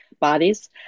bodies